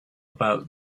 about